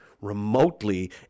remotely